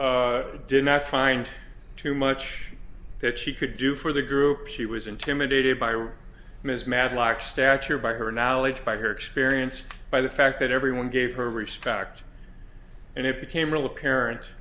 rich did not find too much that she could do for the group she was intimidated by a mismatch lack stature by her knowledge by her experience by the fact that everyone gave her respect and it became really apparent